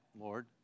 Lord